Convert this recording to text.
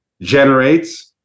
generates